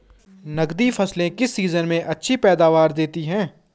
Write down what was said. नकदी फसलें किस सीजन में अच्छी पैदावार देतीं हैं?